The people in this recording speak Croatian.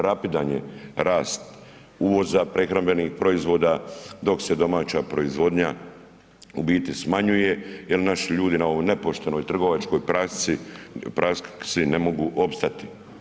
Rapidan je rast uvoza prehrambenih proizvoda dok se domaća proizvodnja u biti smanjuje jel naši ljudi na ovoj nepoštenoj trgovačkoj praksi ne mogu ostati.